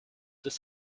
deux